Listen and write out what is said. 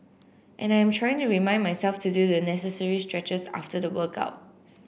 and I am trying to remind myself to do the necessary stretches after the workout